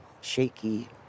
shaky